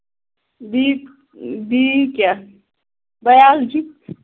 بیٚیہِ بیٚیہِ کیٛاہ بَیولجی